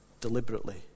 deliberately